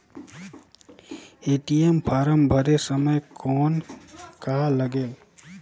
ATM form भरे समय कौन का लगेल?